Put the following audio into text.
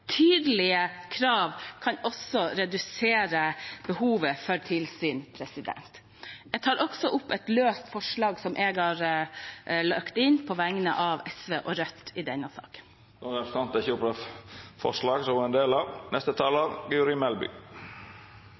Tydelige krav kan også redusere behovet for tilsyn. Jeg tar på vegne av SV og Rødt opp et løst forslag i denne saken. Då har representanten Mona Fagerås teke opp forslag nr. 6, frå SV og